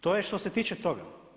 To je što se tiče toga.